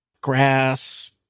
grass